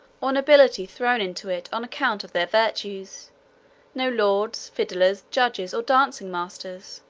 or nobility thrown into it on account of their virtues no lords, fiddlers, judges, or dancing-masters.